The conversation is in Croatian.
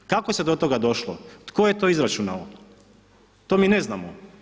Kako se do toga došlo, tko je to izračunao, to mi ne znamo.